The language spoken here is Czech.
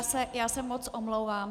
Ne, já se moc omlouvám.